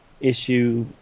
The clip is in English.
issue